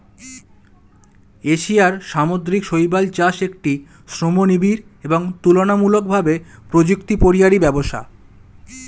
এশিয়ার সামুদ্রিক শৈবাল চাষ একটি শ্রমনিবিড় এবং তুলনামূলকভাবে প্রযুক্তিপরিহারী ব্যবসা